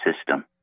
System